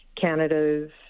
Canada's